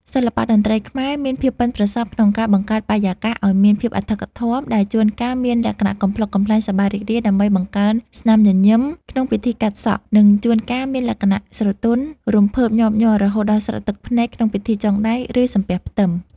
សិល្បៈតន្ត្រីខ្មែរមានភាពប៉ិនប្រសប់ក្នុងការបង្កើតបរិយាកាសឱ្យមានភាពអធិកអធម ដែលជួនកាលមានលក្ខណៈកំប្លុកកំប្លែងសប្បាយរីករាយដើម្បីបង្កើនស្នាមញញឹមក្នុងពិធីកាត់សក់ និងជួនកាលមានលក្ខណៈស្រទន់រំភើបញាប់ញ័ររហូតដល់ស្រក់ទឹកភ្នែកក្នុងពិធីចងដៃ ឬសំពះផ្ទឹម។